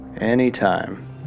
Anytime